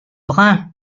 brun